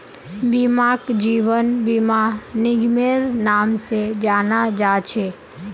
बीमाक जीवन बीमा निगमेर नाम से जाना जा छे